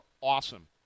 awesome